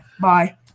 Bye